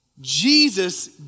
Jesus